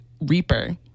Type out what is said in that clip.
Reaper